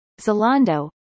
Zalando